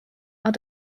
are